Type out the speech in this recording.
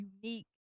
unique